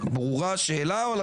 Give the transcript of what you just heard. וכי גם היו בעיות